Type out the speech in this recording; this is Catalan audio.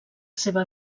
seva